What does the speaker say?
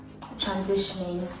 transitioning